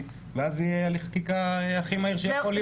ואז יהיה הליך חקיקה הכי מהיר שיכול להיות.